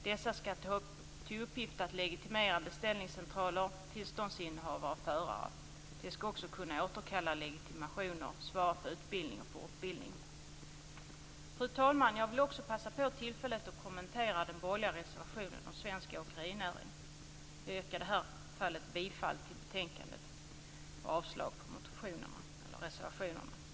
Dessa skall ha till uppgift att legitimera beställarcentraler, tillståndsinnehavare och förare. De skall också kunna återkalla legitimationer, svara för utbildning och fortbildning. Fru talman! Jag vill också passa på att kommentera den borgerliga reservationen om svensk åkerinäring. Jag yrkar avslag på reservationen.